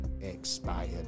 expired